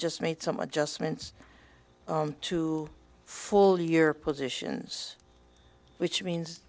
just made some adjustments to full year positions which means